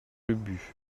ubu